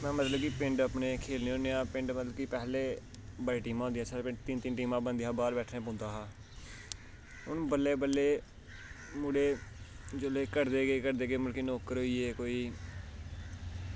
में मतलब कि पिंड अपने खेलने होन्ने आं पिंड मतलब कि पैह्लें बड़ियां टीमां होंदियां हां साढ़े पिंड तिन्न तिन्न टीमां बनदियां हां बाह्र बैठना पौंदा हा हून बल्लें बल्लें मुड़े जूल्ले घटदे गे घटदे गे मतलब कि नौकर होई गे कोई